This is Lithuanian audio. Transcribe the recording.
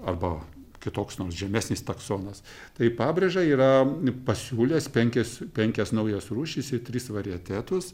arba kitoks nors žemesnis taksonas tai pabrėža yra pasiūlęs penkias penkias naujas rūšis ir tris varietetus